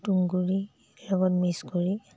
তুঁহগুৰি লগত মিক্স কৰি